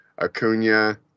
Acuna